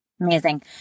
Amazing